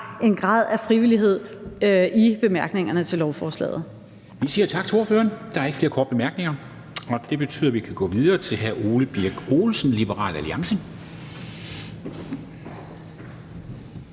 en grad af frivillighed. Kl. 13:10 Formanden (Henrik Dam Kristensen): Vi siger tak til ordføreren. Der er ikke flere korte bemærkninger. Det betyder, at vi kan gå videre til hr. Ole Birk Olesen, Liberal Alliance.